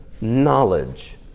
knowledge